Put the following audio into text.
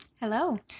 Hello